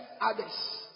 others